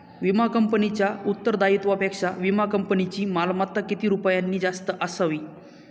विमा कंपनीच्या उत्तरदायित्वापेक्षा विमा कंपनीची मालमत्ता किती रुपयांनी जास्त असावी?